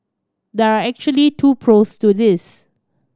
there are actually two pros to this